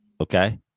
Okay